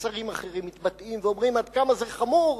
ושרים אחרים מתבטאים ואומרים עד כמה זה חמור,